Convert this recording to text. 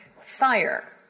fire